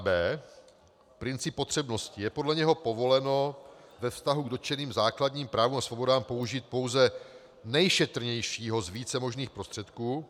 b) princip potřebnosti, že podle něho povoleno ve vztahu k dotčeným základním právům a svobodám použít pouze nejšetrnějšího z více možných prostředků;